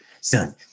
son